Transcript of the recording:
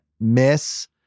miss